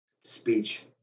speech